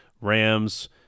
Rams